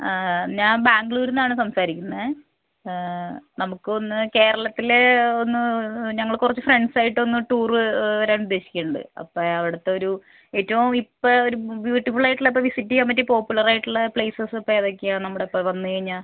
ആ ഞാൻ ബാംഗ്ലൂരിൽ നിന്നാണ് സംസാരിക്കുന്നത് നമുക്ക് ഒന്ന് കേരളത്തിലേ ഒന്ന് ഞങ്ങള് കുറച്ച് ഫ്രണ്ട്സ് ആയിട്ട് ഒന്ന് ടൂറ് വരാൻ ഉദ്ദേശിക്കുന്നുണ്ട് അപ്പം അവിടുത്തെ ഒരു ഏറ്റവും ഇപ്പം ഒരു ബ്യൂട്ടിഫുള്ളായിട്ടുള്ള ഇപ്പം വിസിറ്റ് ചെയ്യാൻ പറ്റിയ പോപ്പുലർ ആയിട്ടുള്ള പ്ലേസസ് ഇപ്പോൾ ഏതൊക്കെയാണ് നമ്മൾ ഇപ്പം വന്ന് കഴിഞ്ഞാൽ